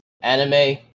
anime